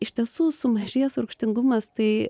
iš tiesų sumažėjęs rūgštingumas tai